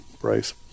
Bryce